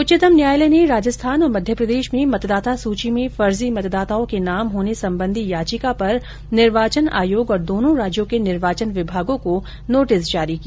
उच्चतम न्यायालय ने राजस्थान और मध्यप्रदेश में मतदाता सूची में फर्जी मतदाताओं के नाम होने संबंधी याचिका पर निर्वाचन आयोग और दोनों राज्यों के निर्वाचन विभागों को नोटिस जारी किया